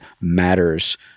matters